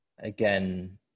again